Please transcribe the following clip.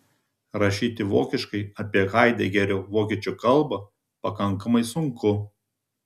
rašyti vokiškai apie haidegerio vokiečių kalbą pakankamai sunku